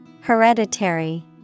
Hereditary